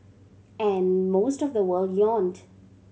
and most of the world yawned